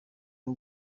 aho